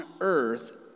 earth